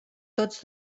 tots